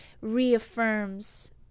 reaffirms